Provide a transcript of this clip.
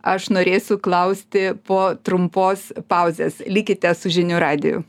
aš norėsiu klausti po trumpos pauzės likite su žinių radiju